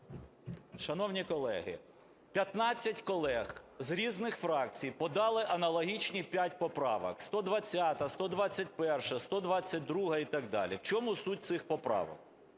Шановні колеги, 15 колег з різних фракцій подали аналогічних п'ять поправок: 120-а, 121-а, 122-а і так далі. В чому суть цих поправок?